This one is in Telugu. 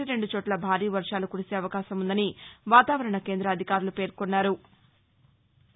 ఒకటి రెందు చోట్ల భారీవర్వాలు కురిసే అవకాశం ఉందని వాతావరణ కేంద్ర అధికారులు పేర్కొన్నారు